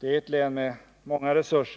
Det är ett län med många resurser.